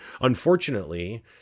unfortunately